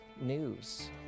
news